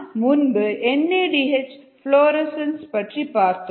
நாம் முன்பு N A D H fluorescence பற்றி பார்த்தோம்